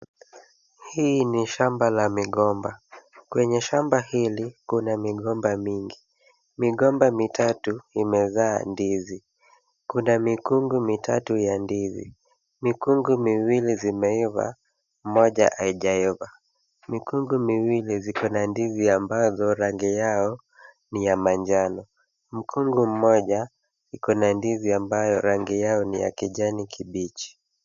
Hii nishamba la migomba, kwenye shamba hili kuna migomba mingi. Migomba mitatu imezaa ndizi. Kuna mikungu mitatu ya ndizi, mikungu miwili vimeiva, moja haijaiva, mikungu miwili ziko na ndizi ambazo rangi yao ni ya manjano mkungu mmoja iko na ndizi ambayo rangi yao ni ya kijani kibichi.